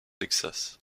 texas